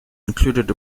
included